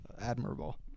admirable